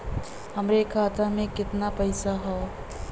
हमरे खाता में कितना पईसा हौ?